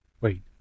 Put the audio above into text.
Wait